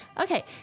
Okay